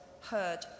heard